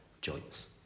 joints